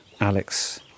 Alex